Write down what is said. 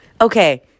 okay